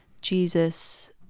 jesus